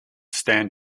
stand